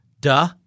Duh